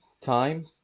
time